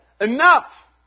Enough